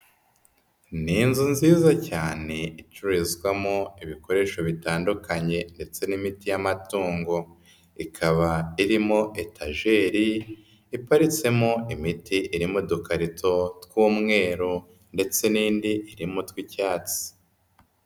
Ni inzu nziza cyane icururizwamo ibikoresho bitandukanye ndetse n'imiti y'amatungo, ikaba irimo etajeri iparitsemo imiti iri mu dukarito tw'umweru ndetse n'indi iri mu utw'icyatsi.